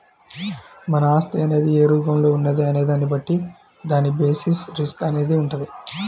మన ఆస్తి అనేది ఏ రూపంలో ఉన్నది అనే దాన్ని బట్టి దాని బేసిస్ రిస్క్ అనేది వుంటది